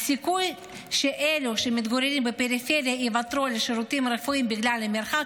"הסיכוי שאלו שמתגוררים בפריפריה יוותרו על שירותים רפואיים בגלל מרחק,